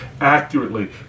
accurately